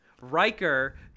Riker